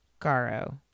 Garo